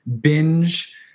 binge